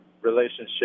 relationship